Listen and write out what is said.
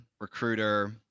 recruiter